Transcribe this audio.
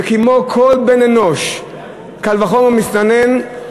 וכמו כל בן-אנוש, קל וחומר מסתנן,